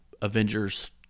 Avengers